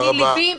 תודה רבה.